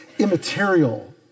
Immaterial